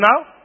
now